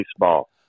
baseball